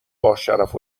باشرف